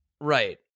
Right